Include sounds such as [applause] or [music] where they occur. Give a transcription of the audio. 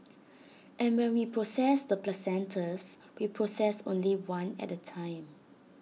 [noise] and when we process the placentas we process only one at A time